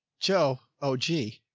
joe. oh gee.